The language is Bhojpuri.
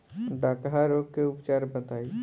डकहा रोग के उपचार बताई?